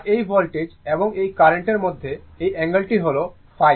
আর এই ভোল্টেজ এবং এই কার্রেন্টের মধ্যে এই অ্যাঙ্গেলটি হল φ